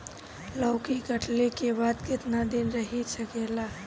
लौकी कटले के बाद केतना दिन रही सकेला?